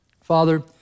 Father